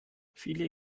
viele